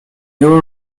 było